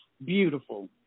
Beautiful